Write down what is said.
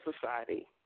Society